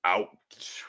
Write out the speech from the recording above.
Out